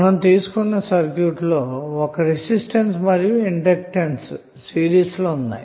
మనం తీసుకొన్న సర్క్యూట్ లో ఒక రెసిస్టెన్స్ మరియు ఇండక్టెన్స్ సిరీస్ లో ఉన్నాయి